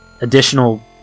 additional